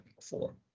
four